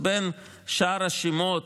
בין שאר השמות,